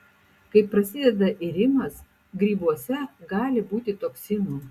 kai prasideda irimas grybuose gali būti toksinų